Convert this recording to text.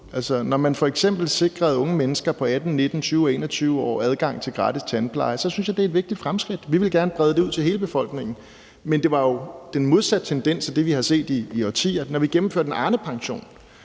Når man f.eks. sikrede unge mennesker på 18, 19, 20 og 21 år adgang til gratis tandpleje, synes jeg det er et vigtigt fremskridt. Vi ville gerne brede det ud til hele befolkningen. Men det var jo den modsatte tendens af det, vi har set i årtier. Når vi gennemførte en Arnepension,